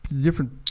different